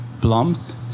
plums